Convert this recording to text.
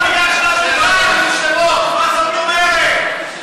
מה זאת אומרת?